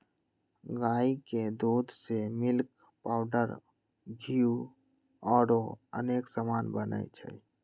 गाई के दूध से मिल्क पाउडर घीउ औरो अनेक समान बनै छइ